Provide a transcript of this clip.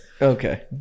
okay